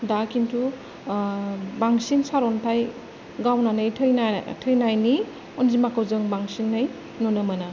दा नाथाय बांसिन सारन्थाय गावनानै थैनाय थैनायनि अनजिमाखौ जों बांसिनै नुनो मोनो